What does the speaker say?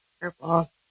Purple